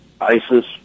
ISIS